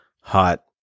hot